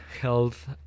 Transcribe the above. health